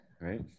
right